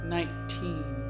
Nineteen